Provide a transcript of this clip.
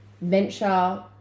venture